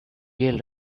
deal